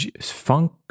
Funk